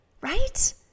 right